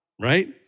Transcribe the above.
Right